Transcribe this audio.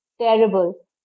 terrible